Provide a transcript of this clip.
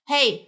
Hey